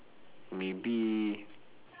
maybe